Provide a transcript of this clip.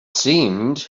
seemed